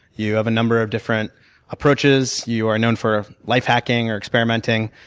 you have a number of different approaches. you are known for life hacking, or experimenting.